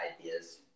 ideas